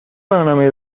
برنامهای